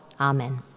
Amen